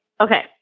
Okay